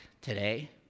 today